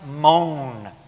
moan